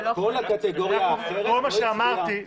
כל הקטגוריה האחרת לא הצביעה.